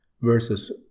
versus